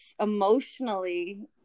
emotionally